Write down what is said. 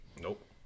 nope